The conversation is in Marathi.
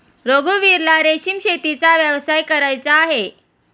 रघुवीरला रेशीम शेतीचा व्यवसाय करायचा आहे